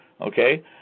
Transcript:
Okay